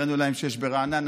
הראינו להם שיש ברעננה,